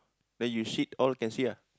then you shit all can see ah